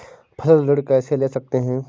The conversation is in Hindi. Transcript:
फसल ऋण कैसे ले सकते हैं?